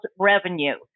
revenue